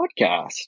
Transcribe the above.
podcast